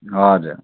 हजुर